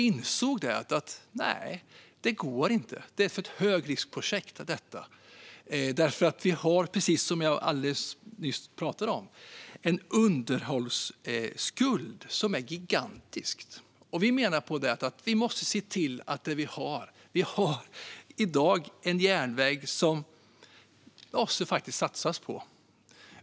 Vi insåg då att det inte gick, att det var för mycket av ett högriskprojekt. Vi har ju, precis som jag alldeles nyss pratade om, en underhållsskuld som är gigantisk. Vi har i dag en järnväg som det måste satsas på.